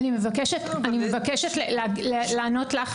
אני מבקשת לענות לך.